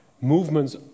movements